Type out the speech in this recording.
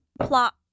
plot